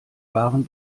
waren